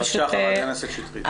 בבקשה, חברת הכנסת שטרית.